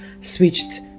switched